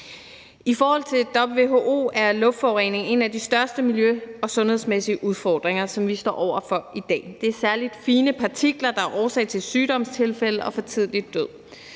Ifølge WHO er luftforureningen en af de største miljø- og sundhedsmæssige udfordringer, vi står over for i dag. Det er særlig fine partikler, der er årsag til sygdomstilfælde og for tidlig død.